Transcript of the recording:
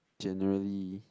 generally